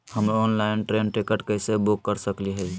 हम online train ticket कैसे book कर सकली हई?